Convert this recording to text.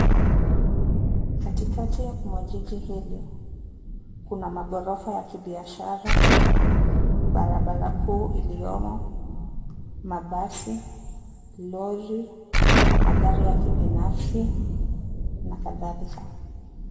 Katikati mwa jiji hili, kuna maghorofa ya kibiashara, barabara kuu iliyomo, mabasi, lori, magari ya kibinafsi na kadhalika.